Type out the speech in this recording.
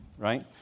Right